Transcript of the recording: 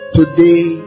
today